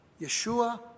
Yeshua